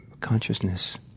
consciousness